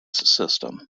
system